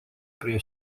prie